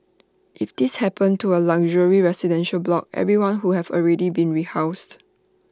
if this happened to A luxury residential block everyone who have already been rehoused